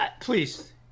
Please